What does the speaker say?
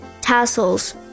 tassels